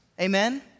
Amen